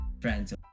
friends